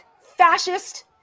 fascist